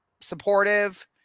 supportive –